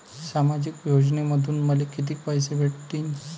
सामाजिक योजनेमंधून मले कितीक पैसे भेटतीनं?